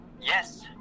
Yes